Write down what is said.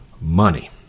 money